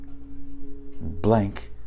blank